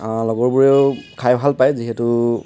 লগৰবোৰেও খাই ভাল পায় যিহেতু